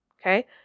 okay